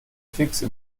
fixe